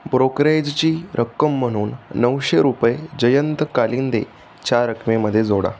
ब्रोकरेजची रक्कम म्हणून नऊशे रुपये जयंत कालिंदे च्या रकमेमध्ये जोडा